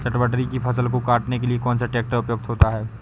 चटवटरी की फसल को काटने के लिए कौन सा ट्रैक्टर उपयुक्त होता है?